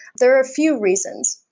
there are a few reasons.